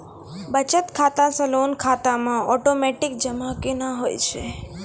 बचत खाता से लोन खाता मे ओटोमेटिक जमा केना होय छै?